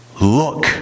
Look